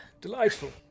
Delightful